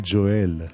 Joel